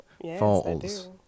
Falls